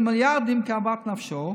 אלא מיליארדים כאוות נפשו,